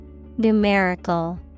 Numerical